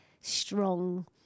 strong